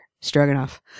Stroganoff